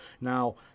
Now